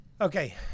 Okay